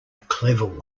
clever